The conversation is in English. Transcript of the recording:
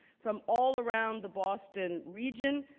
from all around the boston region,